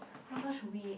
my god should wait